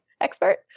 expert